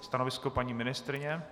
Stanovisko paní ministryně?